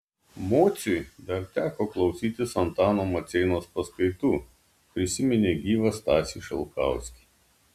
mociui dar teko klausytis antano maceinos paskaitų prisiminė gyvą stasį šalkauskį